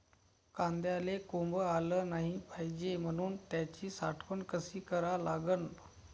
कांद्याले कोंब आलं नाई पायजे म्हनून त्याची साठवन कशी करा लागन?